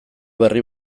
berri